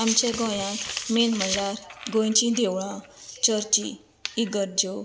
आमच्या गोंयांत मेन म्हणल्यार गोंयची देवळां चर्ची इगर्जो